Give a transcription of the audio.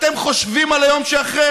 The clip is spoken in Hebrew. אתם חושבים על היום שאחרי?